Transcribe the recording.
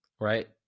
right